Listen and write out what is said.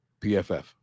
PFF